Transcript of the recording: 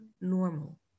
normal